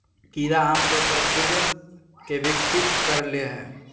कीड़ा आमतौर पर खुद के विकसित कर ले हइ